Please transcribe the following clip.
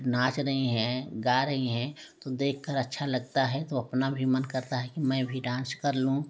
नाच रही है गा रही हैं तो देख कर अच्छा लगता है तो अपना भी मन करता है कि मैं भी डांस कर लूँ